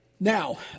Now